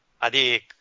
Adi